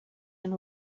and